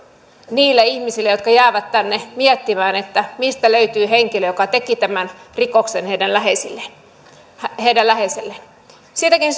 niille ihmisille jotka jäävät tänne miettimään mistä löytyy henkilö joka teki tämän rikoksen heidän läheiselleen siitäkin